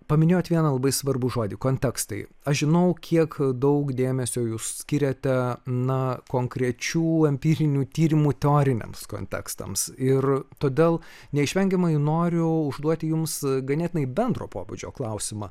paminėjot vieną labai svarbų žodį kontekstai aš žinau kiek daug dėmesio jūs skiriate na konkrečių empirinių tyrimų teoriniams kontekstams ir todėl neišvengiamai noriu užduoti jums ganėtinai bendro pobūdžio klausimą